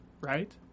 right